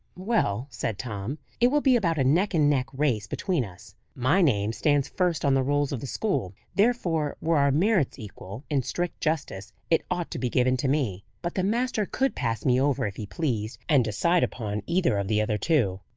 well, said tom, it will be about a neck-and-neck race between us. my name stands first on the rolls of the school therefore, were our merits equal, in strict justice it ought to be given to me. but the master could pass me over if he pleased, and decide upon either of the other two.